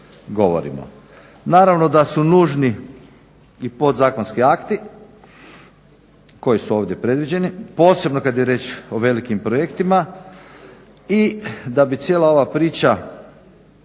govorimo. Naravno da su nužni i podzakonski akti koji su ovdje predviđeni, posebno kad je riječ o velikim projektima i da bi cijela ova priča